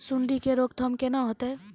सुंडी के रोकथाम केना होतै?